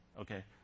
okay